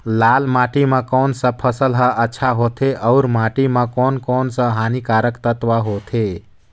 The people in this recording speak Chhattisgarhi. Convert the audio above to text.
लाल माटी मां कोन सा फसल ह अच्छा होथे अउर माटी म कोन कोन स हानिकारक तत्व होथे?